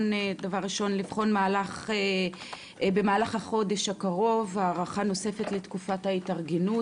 דבר ראשון לבחון במהלך החודש הקרוב הארכה נוספת לתקופת ההתארגנות,